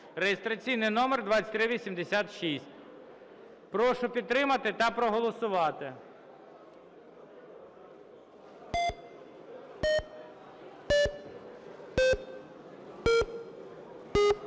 (реєстраційний номер 2386). Прошу підтримати та проголосувати.